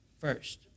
first